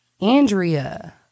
Andrea